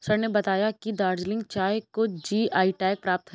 sir ने बताया कि दार्जिलिंग चाय को जी.आई टैग प्राप्त है